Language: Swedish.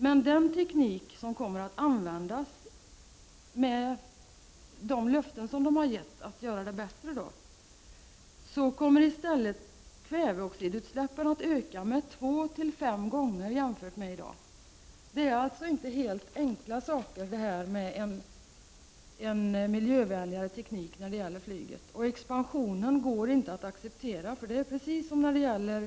Men med den teknik som kommer att användas — alltså med de löften de har gett att göra det bättre — kommer i stället kväveoxidutsläppen att öka två till fem gånger jämfört med i dag. Miljövänligare teknik när det gäller flyget är alltså inte så enkelt. Man kan inte acceptera expansionen, för det är precis som med biltrafiken på vä — Prot.